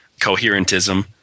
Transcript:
Coherentism